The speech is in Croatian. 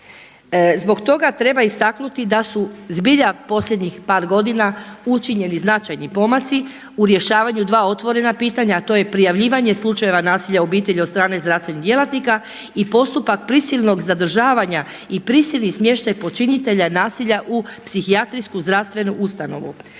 Zbog toga treba istaknuti da su zbilja posljednjih par godina učinjeni značajni pomaci u rješavanju dva otvorena pitanja a to je prijavljivanje slučajeva nasilja u obitelji od strane zdravstvenih djelatnika i postupak prisilnog zadržavanja i prisilni smještaj počinitelja nasilja u psihijatrijsku zdravstvenu ustanovu.